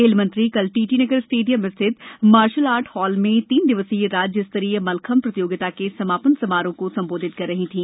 खेल मंत्री कल टीटी नगर स्टेडियम स्थित मार्शल आर्ट हॉल में तीन दिवसीय राज्य स्तरीय मल्लखंब प्रतियोगिता के समापन समारोह को संबोधित कर रही थी